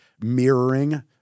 mirroring